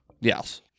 Yes